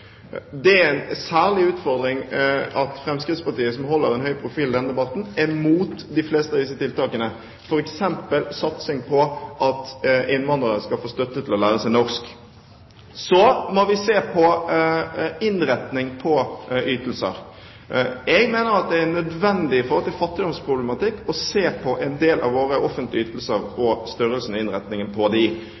Det er en særlig utfordring at Fremskrittspartiet, som holder en høy profil i denne debatten, er imot de fleste av disse tiltakene, f.eks. satsing på at innvandrere skal få støtte til å lære seg norsk. Så må vi se på innretningen på ytelser. Jeg mener at det er nødvendig med hensyn til fattigdomsproblematikken å se på en del av våre offentlige ytelser og størrelsen og innretningen på